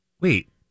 Wait